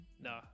no